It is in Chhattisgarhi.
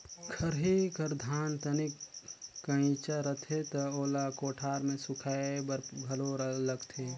खरही कर धान तनिक कइंचा रथे त ओला कोठार मे सुखाए बर घलो लगथे